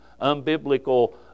unbiblical